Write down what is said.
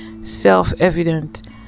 self-evident